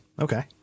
okay